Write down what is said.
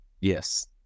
Yes